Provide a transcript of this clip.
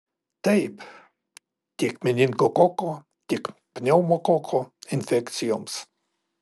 taip tiek meningokoko tiek pneumokoko infekcijoms